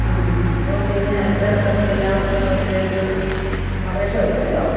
ആ ആ അതുകൊണ്ട് ഇങ്ങനെ എത്രയും പെട്ടെന്ന് ഇതെല്ലാം വെച്ച് ഒരു അപേക്ഷ വെക്ക് കേട്ടോ